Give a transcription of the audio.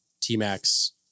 T-Max